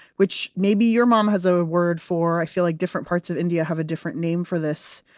which maybe your mom has a word for. i feel like different parts of india have a different name for this.